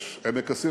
יש עמק הסיליקון.